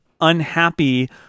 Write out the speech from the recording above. unhappy